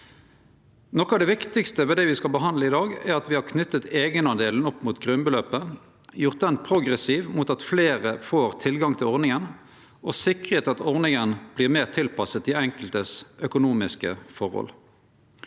Noko av det viktigaste ved det me skal behandle i dag, er at me har knytt eigenandelen opp mot grunnbeløpet, gjort han progressiv ved at fleire får tilgang til ordninga, og sikre at ordninga vert meir tilpassa dei økonomiske forholda